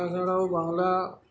তাছাড়াও বাংলা